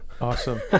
Awesome